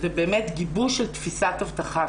באמת גיבוש של תפיסת האבטחה.